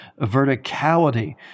verticality